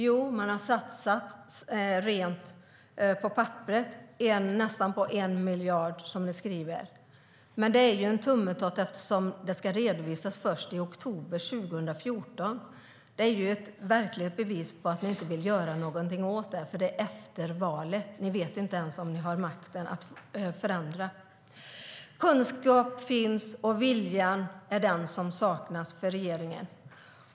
Jo, man har satsat på papperet, nästan en miljard, som du skriver. Men det är ju en tummetott, eftersom det ska redovisas först i oktober 2014. Det är verkligen ett bevis på att ni inte vill göra någonting åt det, för det är efter valet. Ni vet inte ens om ni har makten att förändra. Kunskap finns, och viljan är det som saknas i regeringen.